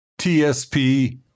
TSP